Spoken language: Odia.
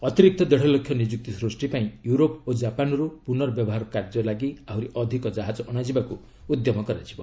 ଅତିରିକ୍ତ ଦେଢ଼ଲକ୍ଷ ନିଯୁକ୍ତି ସୃଷ୍ଟିପାଇଁ ୟୁରୋପ୍ ଓ ଜାପାନ୍ରୁ ପୁନର୍ବ୍ୟବହାର କାର୍ଯ୍ୟ ଲାଗି ଆହୁରି ଅଧିକ ଜାହାଜ ଅଣାଯିବାକୁ ଉଦ୍ୟମ କରାଯିବ